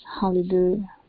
Hallelujah